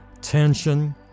tension